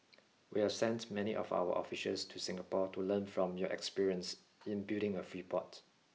we have sent many of our officials to Singapore to learn from your experience in building a free port